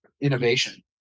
innovation